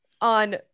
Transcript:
On